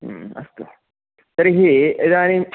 अस्तु तर्हि इदानीं